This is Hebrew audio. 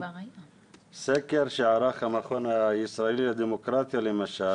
סקר שערך המכון הישראלי לדמוקרטיה למשל,